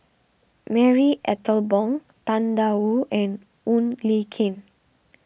Marie Ethel Bong Tang Da Wu and Wong Lin Ken